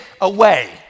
away